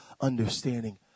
understanding